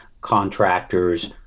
contractor's